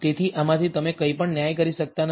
તેથી આમાંથી તમે કંઈપણ ન્યાય કરી શકતા નથી